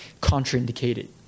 contraindicated